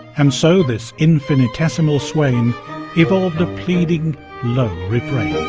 and so this infinitesimal swain evolved a pleading low refrain